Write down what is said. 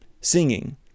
singing